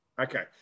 Okay